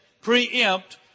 preempt